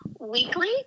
weekly